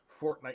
Fortnite